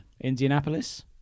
Indianapolis